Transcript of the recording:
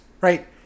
Right